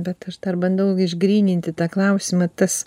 bet aš dar bandau išgryninti tą klausimą tas